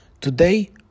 Today